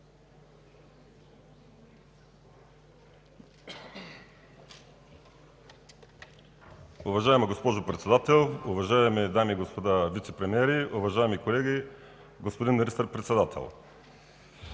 Уважаема госпожо Председател, уважаеми дами и господа вицепремиери, уважаеми колеги, господин Министър-председател!